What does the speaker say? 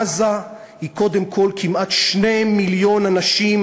עזה היא קודם כול כמעט 2 מיליון אנשים,